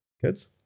Kids